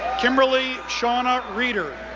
kimberly shawna reider,